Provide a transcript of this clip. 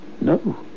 No